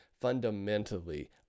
fundamentally